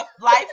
life